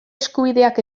eskubideak